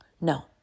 No